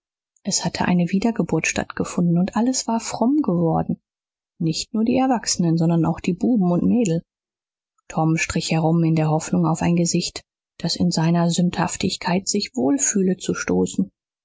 es hatte eine wiedergeburt stattgefunden und alles war fromm geworden nicht nur die erwachsenen sondern auch die buben und mädel tom strich herum in der hoffnung auf ein gesicht das in seiner sündhaftigkeit sich wohl fühle zu stoßen